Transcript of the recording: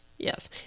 Yes